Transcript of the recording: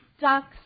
Ducks